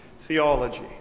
theology